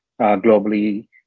globally